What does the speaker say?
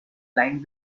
blind